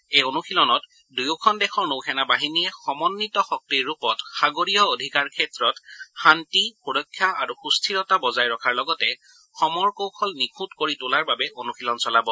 এই অনুশীলনত দুয়োখন দেশৰ নৌসেনা বাহিনীয়ে সমদ্বিত শক্তিৰ ৰূপত সাগৰীয় অধিকাৰ ক্ষেত্ৰত শান্তি সুৰক্ষা আৰু সুস্থিৰতা বজাই ৰখাৰ লগতে সমৰ কৌশল নিখুঁত কৰি তোলাৰ বাবে অনুশীলন চলাব